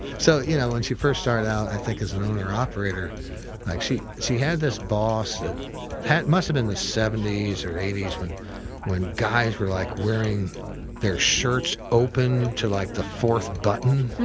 so, you know, when she first started out, i think as an owner operator, like she she had this boss, it must've been the seventies or eighties when when guys were like wearing their shirts open to like the fourth button.